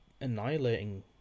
annihilating